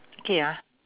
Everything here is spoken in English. okay ah